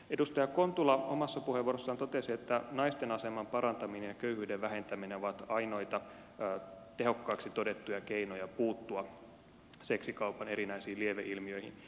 edustaja kontula omassa puheenvuorossaan totesi että naisten aseman parantaminen ja köyhyyden vähentäminen ovat ainoita tehokkaaksi todettuja keinoja puuttua seksikaupan erinäisiin lieveilmiöihin